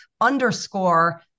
underscore